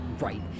Right